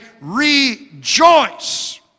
Rejoice